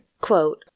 quote